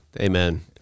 amen